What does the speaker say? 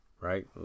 right